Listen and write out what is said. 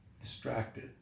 distracted